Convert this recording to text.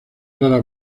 rara